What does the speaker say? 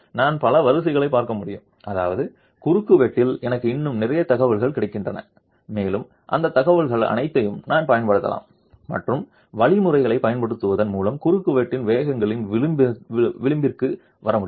நான் பல வரிசைகளைப் பார்க்க முடியும் அதாவது குறுக்குவெட்டில் எனக்கு இன்னும் நிறைய தகவல்கள் கிடைக்கின்றன மேலும் அந்தத் தகவல்கள் அனைத்தையும் நான் பயன்படுத்தலாம் மற்றும் வழிமுறைகளைப் பயன்படுத்துவதன் மூலம் குறுக்குவெட்டின் வேகங்களின் விளிம்பிற்கு வர முடியும்